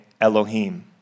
Elohim